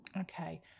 Okay